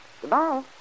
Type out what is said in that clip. Goodbye